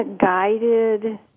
guided